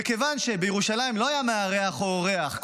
וכיוון שבירושלים לא היה מארח או אורח,